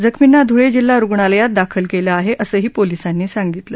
जखमींना ध्रळे जिल्हा रुग्णालयात दाखल केलं आहे असंही पोलीसांनी सांगितलं